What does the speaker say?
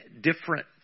different